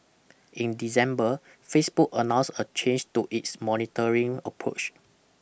in December Facebook announced a change to its monitoring approach